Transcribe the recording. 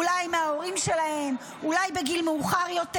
אולי מההורים שלהם, אולי בגיל מאוחר יותר.